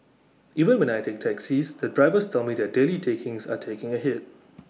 even when I take taxis the drivers tell me their daily takings are taking A hit